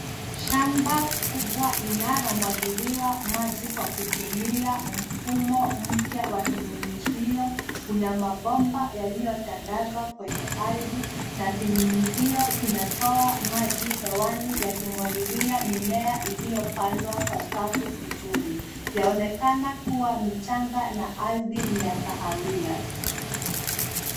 Shamba kubwa linalomwagiliwa maji kwa kutumia mfumo mpya wa kinyunyuzio. Kuna mabomba yaliyotandazwa kwenye ardhi na vinyunyuzio vinatoa maji hewani yakimwagilia mimea iliyopandwa kwa safu vizuri. Yaonekana kuwa michanga na ardhi ni ya kahawia.